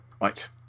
right